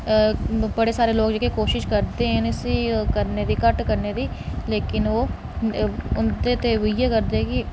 बड़े सारे लोक जेह्के कोशिश करदे इसी करने दी घट्ट करने दी लेकिन ओह् उं'दे ते उ'ऐ करदे ते